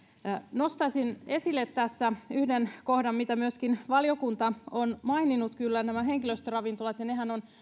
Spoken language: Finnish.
nostaisin esille tässä yhden kohdan minkä myöskin valiokunta on kyllä maininnut henkilöstöravintolat nehän on